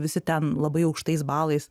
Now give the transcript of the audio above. visi ten labai aukštais balais